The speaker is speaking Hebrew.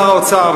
שר האוצר,